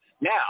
Now